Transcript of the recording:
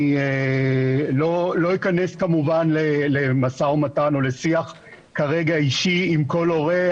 לא אכנס כמובן כרגע למשא ומתן או לשיח אישי עם כל הורה.